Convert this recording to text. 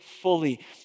fully